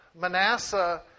Manasseh